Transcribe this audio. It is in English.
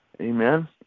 Amen